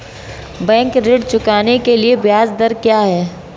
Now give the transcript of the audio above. Bank ऋण चुकाने के लिए ब्याज दर क्या है?